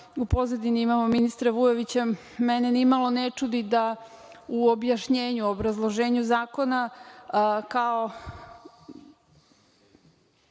u pozadini imamo ministra Vujovića, mene nimalo ne čudi da u objašnjenju, u obrazloženju zakona, kao